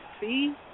see